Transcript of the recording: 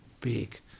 Big